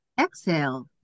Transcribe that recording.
exhale